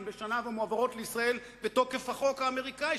בשנה ומועברות לישראל בתוקף החוק האמריקני,